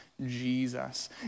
Jesus